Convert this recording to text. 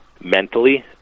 mentally